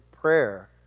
prayer